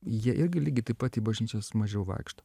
jie irgi lygiai taip pat į bažnyčias mažiau vaikšto